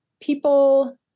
people